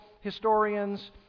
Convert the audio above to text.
historians